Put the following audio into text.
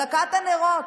והדלקת הנרות,